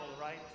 right